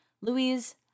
Louise